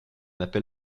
appel